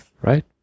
right